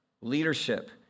leadership